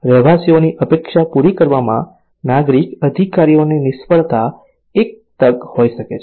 રહેવાસીઓની અપેક્ષા પૂરી કરવામાં નાગરિક અધિકારીઓની નિષ્ફળતા એક તક હોઈ શકે છે